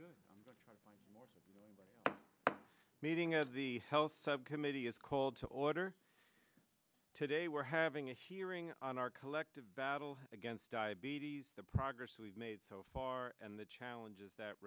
morning meeting of the health subcommittee is called to order today we're having a hearing on our collective battle against diabetes the progress we've made so far and the challenges that